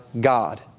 God